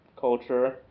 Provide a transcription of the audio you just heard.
culture